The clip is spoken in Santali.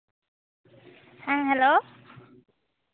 ᱦᱮᱸ ᱦᱮᱞᱳ